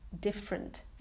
Different